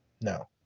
no